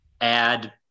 add